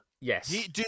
Yes